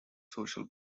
social